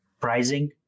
pricing